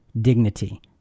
dignity